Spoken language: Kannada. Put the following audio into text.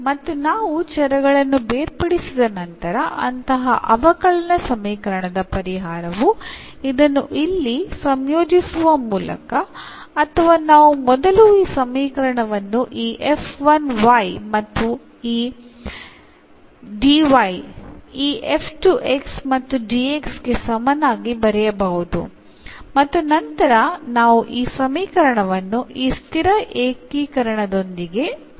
ಮತ್ತು ನಾವು ಚರಗಳನ್ನು ಬೇರ್ಪಡಿಸಿದ ನಂತರ ಅಂತಹ ಅವಕಲನ ಸಮೀಕರಣದ ಪರಿಹಾರವು ಇದನ್ನು ಇಲ್ಲಿ ಸಂಯೋಜಿಸುವ ಮೂಲಕ ಅಥವಾ ನಾವು ಮೊದಲು ಈ ಸಮೀಕರಣವನ್ನು ಈ f 1 y ಮತ್ತು dy ಈ f 2 x ಮತ್ತು dx ಗೆ ಸಮನಾಗಿ ಬರೆಯಬಹುದು ಮತ್ತು ನಂತರ ನಾವು ಈ ಸಮೀಕರಣವನ್ನು ಈ ಸ್ಥಿರ ಏಕೀಕರಣದೊಂದಿಗೆ ಅನುಕಲಿಸಬಹುದು